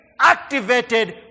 activated